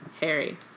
Harry